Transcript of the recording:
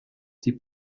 die